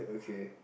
okay